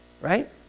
right